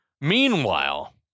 Meanwhile